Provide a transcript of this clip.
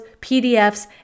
PDFs